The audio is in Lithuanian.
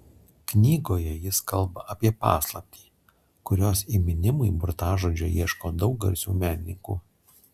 knygoje jis kalba apie paslaptį kurios įminimui burtažodžio ieško daug garsių menininkų